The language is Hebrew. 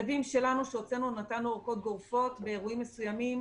במכתבים שהוצאנו נתנו אורכות גורפות באירועים מסוימים